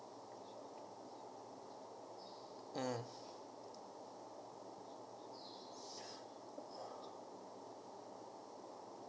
mm